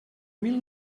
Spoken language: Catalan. mil